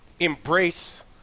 embrace